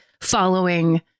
following